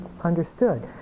understood